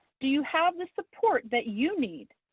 do have the support that you need?